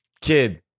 Kid